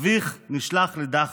אביך נשלח לדכאו.